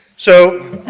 so,